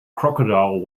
crocodile